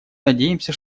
надеемся